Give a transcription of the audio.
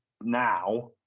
now